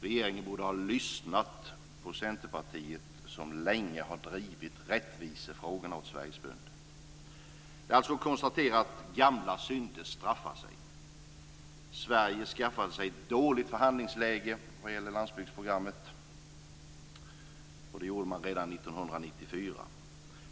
Regeringen borde ha lyssnat på Centerpartiet, som länge har drivit rättvisefrågorna för Sveriges bönder. Det är alltså konstaterat att gamla synder straffar sig. Sverige skaffade sig ett dåligt förhandlingsläge vad gäller landsbygdsprogrammet, och det gjorde man redan 1994.